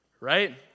Right